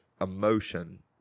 emotion